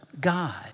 God